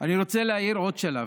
אני רוצה להאיר עוד שלב.